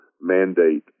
mandate